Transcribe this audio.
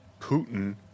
Putin